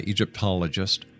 Egyptologist